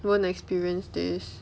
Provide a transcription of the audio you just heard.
won't experience this